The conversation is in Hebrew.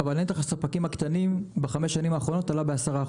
אבל נתח הספקים הקטנים בחמש השנים האחרונות עלה בכ-10%,